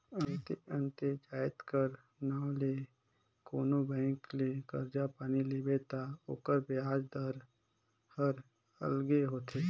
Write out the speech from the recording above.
अन्ते अन्ते जाएत कर नांव ले के कोनो बेंक ले करजा पानी लेबे ता ओकर बियाज दर हर अलगे होथे